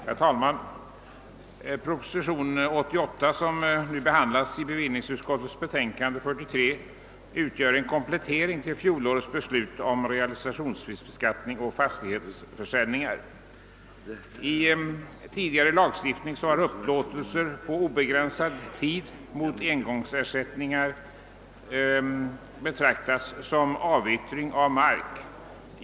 Herr talman! Propositionen nr 88 som behandlas i bevillningsutskottets betänkande nr 43 utgör en komplettering till fjolårets beslut om realisationsvinstbeskattning på fastighetsförsäljningar. I tidigare lagstiftning har upplåtelse på obegränsad tid mot engångsersättningar betraktats som avyttring av mark.